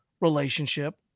relationship